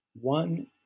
One